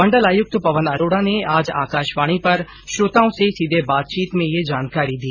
मण्डल आयुक्त पवन अरोडा ने आज आकाशवाणी पर श्रोताओं से सीधे बातचीत में ये जानकारी दी